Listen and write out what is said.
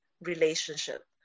relationship